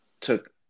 took